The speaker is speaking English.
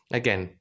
again